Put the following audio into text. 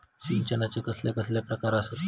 सिंचनाचे कसले कसले प्रकार आसत?